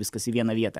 viskas į vieną vietą